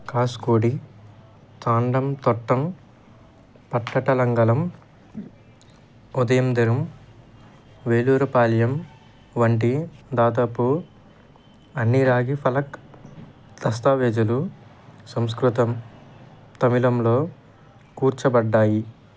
కాస్కోడి Tandantottam Pattattalmangalam Udayendiram Velurpalayam వంటి దాదాపు అన్నీ రాగి ఫలక దస్తావేజులు సంస్కృతం తమిళంలో కూర్చబడ్డాయి